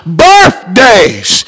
birthdays